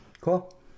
Cool